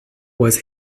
was